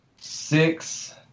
Six